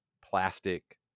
plastic